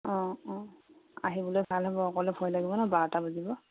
অঁ অঁ আহিবলৈ ভাল হ'ব অকলে ভয় লাগিব ন বাৰটা বজিব